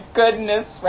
goodness